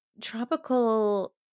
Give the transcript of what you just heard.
tropical